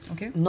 Okay